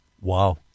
Wow